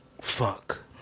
fuck